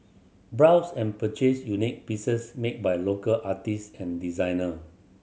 browse and purchase unique pieces made by local artist and designer